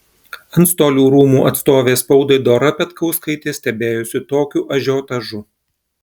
antstolių rūmų atstovė spaudai dora petkauskaitė stebėjosi tokiu ažiotažu